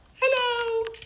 Hello